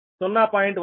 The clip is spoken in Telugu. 10 p